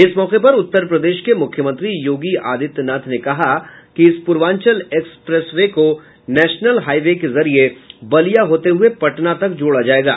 इस मौके पर उत्तर प्रदेश के मुख्यमंत्री योगी आदित्य नाथ ने कहा कि इस प्र्वांचल एक्सप्रेस वे को नेशनल हाईवे के जरिये बलिया होते हये पटना तक जोड़ा जायेगा